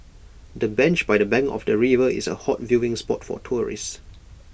the bench by the bank of the river is A hot viewing spot for tourists